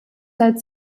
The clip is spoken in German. seit